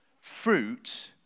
Fruit